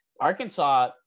Arkansas